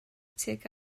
tuag